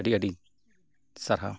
ᱟᱹᱰᱤ ᱟᱹᱰᱤ ᱥᱟᱨᱦᱟᱣ